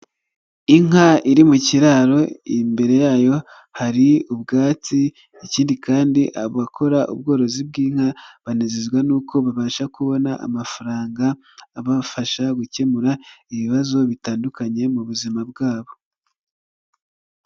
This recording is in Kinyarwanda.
Inka iri mu kiraro imbere yayo hari ubwatsi ikindi kandi abakora ubworozi bw'inka banezezwa nuko babasha kubona amafaranga abafasha gukemura ibibazo bitandukanye mu buzima bwabo.